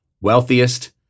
wealthiest